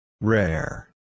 Rare